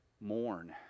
mourn